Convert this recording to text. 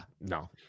No